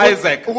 Isaac